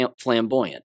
flamboyant